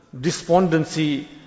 despondency